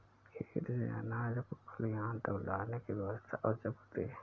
खेत से अनाज को खलिहान तक लाने की व्यवस्था आवश्यक होती है